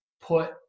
put